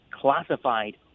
classified